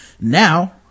Now